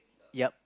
yup